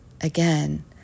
Again